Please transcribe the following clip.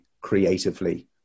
creatively